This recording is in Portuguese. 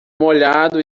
molhado